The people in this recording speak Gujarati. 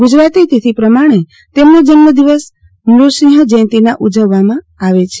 ગુજરાતી તિથી પ્રમાણે તેમનો જન્મદિવસ નૃસિંહ જયંતીના ઉજવવામાં આવે છે